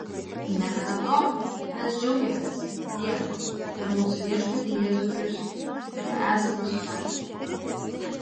negana to mes džiaugiamės dieve per mūsų viešpatį jėzų kristų kuriuo esame sutaikyti